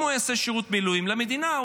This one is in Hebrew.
אם הוא יעשה שירות מילואים למדינה,